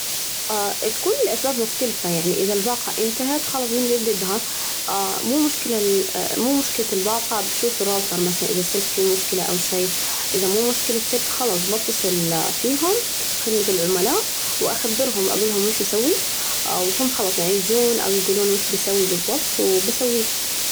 تكون الأسباب مختلفة، يعني إذا الباقة انتهت، خلص بنجددها، مو مشكلة ال مو مشكلة الباقة بشوف الراوتر مثلاً إذا السلك فيه مشكلة أو شي، إذا مو مشكلة سلك، خلاص بتصل فيهم خدمة العملاء وأخبرهم، وأجول لهم وش أسوي؟ خلاص يعني يجون أو يجولون وش بسوي بالضبط وبسويه.